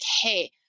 hey